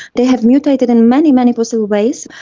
they have mutated in many, many possible ways.